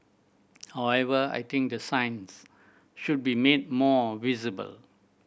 however I think the signs should be made more visible